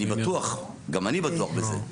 גם אני בטוח בזה,